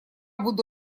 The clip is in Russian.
буду